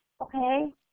okay